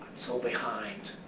so behind.